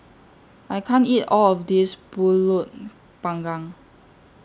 I can't eat All of This Pulut Panggang